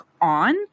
on